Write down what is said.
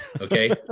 Okay